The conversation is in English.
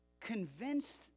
convinced